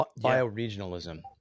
bioregionalism